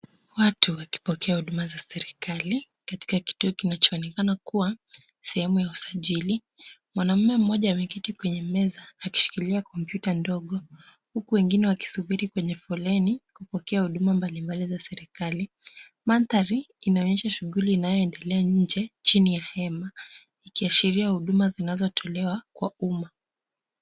Watu wkipokea huduma za serikali katika kituo kinachoonekana kuwa sehemu ya usajili. Mwanaume mmoja ameketi kwenye meza akishikilia kompyuta ndogo huku wengine wakisubiri kwenye foleni kupokea huduma mbalimbali za serikali. Mandhari inaonyesha shughuli inayoendelea nje chini ya hema, ikiashiria huduma zinazotolewa kwa umma